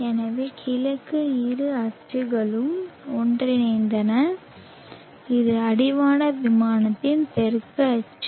எனவே கிழக்கு இரு அச்சுகளும் ஒன்றிணைந்தன இது அடிவான விமானத்தின் தெற்கு அச்சு